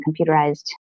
computerized